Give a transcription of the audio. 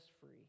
free